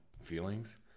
feelings